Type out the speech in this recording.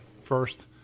first